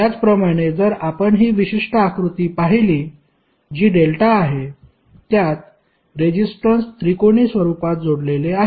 त्याचप्रमाणे जर आपण हि विशिष्ट आकृती पाहिली जी डेल्टा आहे त्यात रेजिस्टन्स त्रिकोणी स्वरूपात जोडलेले आहेत